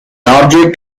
object